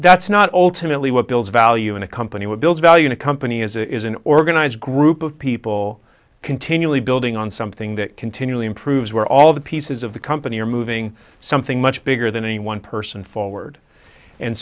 that's not alternately what builds value in a company what builds value a company is it is an organized group of people continually building on something that continually improves where all the pieces of the company are moving something much bigger than any one person forward and